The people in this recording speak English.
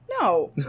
No